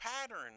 pattern